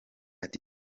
ati